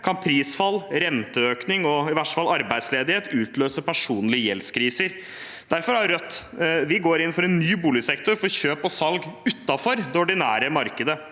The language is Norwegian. kan prisfall, renteøkning og i verste fall arbeidsledighet utløse personlig gjeldskrise. Derfor går Rødt inn for en ny boligsektor, for kjøp og salg utenfor det ordinære markedet,